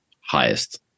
highest